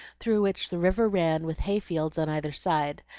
through which the river ran with hay-fields on either side,